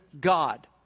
God